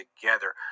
together